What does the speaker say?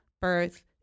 birth